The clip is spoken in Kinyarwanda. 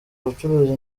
ubucuruzi